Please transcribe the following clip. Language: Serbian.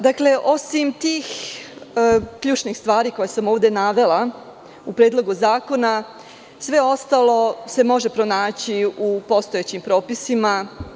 Dakle, osim tih ključnih stvari koje sam ovde navela u Predlogu zakona, sve ostalo se može pronaći u postojećim propisima.